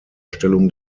stellung